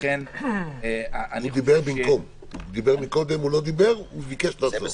קודם הוא לא דיבר, הוא ביקש בסוף.